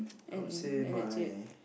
I would say my